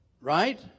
Right